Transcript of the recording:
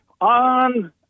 on